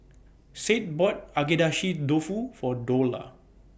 Sade bought Agedashi Dofu For Dola